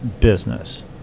Business